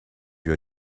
your